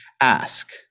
ask